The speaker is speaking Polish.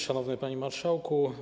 Szanowny Panie Marszałku!